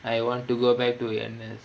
I want to go back to N_S